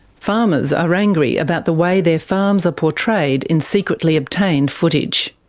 farmers are angry about the way their farms are portrayed in secretly obtained footage,